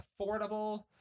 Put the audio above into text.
affordable